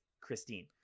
Christine